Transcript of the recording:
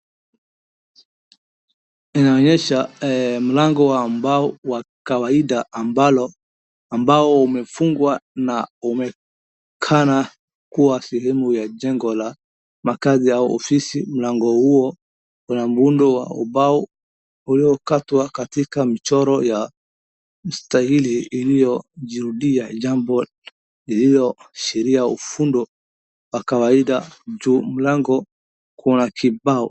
Inaonyesha mlango wa mbao wa kawaida, ambao umefungwa na umeonekana kuwa sehemu ya jengo la makazi au ofisi, mlango huo una muundo wa ubao uliokatwa katika mchoro ya mstari iliyojirudia jambo lilioashiria ufundo wa kawaida ju mlango una kibao.